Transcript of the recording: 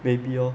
maybe orh